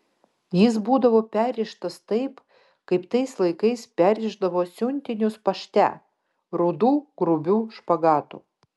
jis būdavo perrištas taip kaip tais laikais perrišdavo siuntinius pašte rudu grubiu špagatu